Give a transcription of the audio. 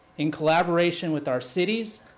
in collaboration with our cities,